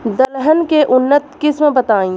दलहन के उन्नत किस्म बताई?